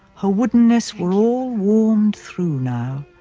her woodenness were all warmed through now.